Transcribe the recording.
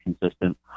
consistent